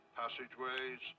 passageways